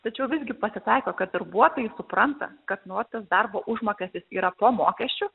tačiau visgi pasitaiko kad darbuotojai supranta kad nu vat tas darbo užmokestis yra po mokesčių